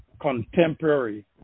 contemporary